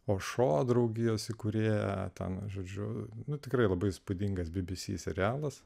o šuo draugijos įkūrėją tą na žodžiu nu tikrai labai įspūdingas bbc serialas